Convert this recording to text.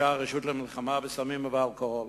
שגיבשה הרשות למלחמה בסמים ובאלכוהול.